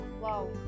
wow